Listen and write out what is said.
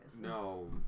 No